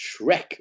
Shrek